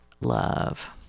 love